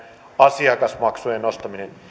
asiakasmaksujen nostaminen